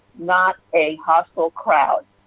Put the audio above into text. not a hostile crowd.